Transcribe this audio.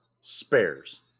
spares